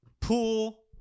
pool